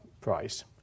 price